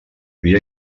via